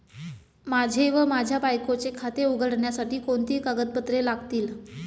माझे व माझ्या बायकोचे खाते उघडण्यासाठी कोणती कागदपत्रे लागतील?